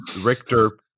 Richter